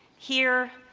here,